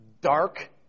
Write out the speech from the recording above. dark